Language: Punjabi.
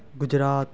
ਗੁਜਰਾਤ